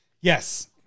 Yes